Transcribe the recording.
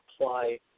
apply